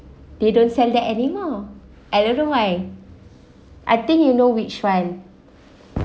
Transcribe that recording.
they don't sell them anymore I don't know why I think you know which friend